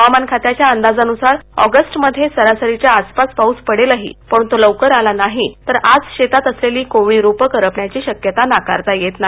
हवामान खात्याच्या अंदाजानुसार ऑगस्टमध्ये सरासरीच्या आसपास पाऊस पडेलही पण तो लवकर आला नाही तर आज शेतात असलेली कोवळी रोपं करपण्याची शक्यता नाकारता येत नाही